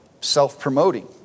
self-promoting